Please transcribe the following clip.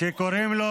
שקוראים לו